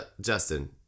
Justin